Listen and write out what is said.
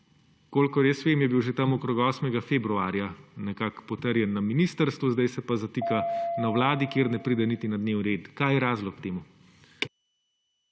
Kolikor jaz vem, je bil že okoli 8. februarja nekako potrjen na ministrstvu, zdaj se pa zatika na Vladi, kjer ne pride niti na dnevni red. Kaj je razlog temu?